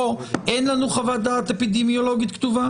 אין לנו חוות דעת אפידמיולוגית כתובה.